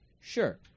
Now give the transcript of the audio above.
Sure